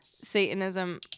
Satanism